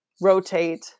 rotate